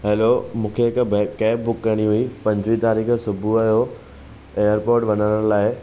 hello मूंखे हिकु back cab book करणी हुई पंजी तारीख़ सुबुह जो एयरपोर्ट वञण लाइ